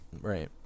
Right